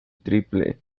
triple